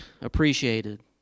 appreciated